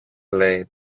λέει